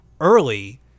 early